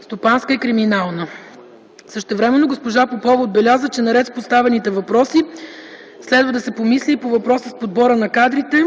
стопанска и криминална. Същевременно госпожа Попова отбеляза, че наред с поставените въпроси следва да се помисли по въпроса с подбора на кадрите